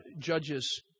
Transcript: judges